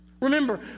Remember